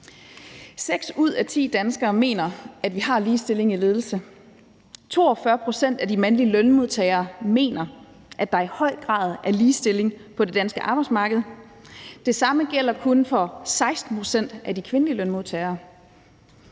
ud af ti danskere mener, at vi har ligestilling i ledelse. 42 pct. af de mandlige lønmodtagere mener, at der i høj grad er ligestilling på det danske arbejdsmarked; det samme gælder kun for 16 pct. af de kvindelige lønmodtagere.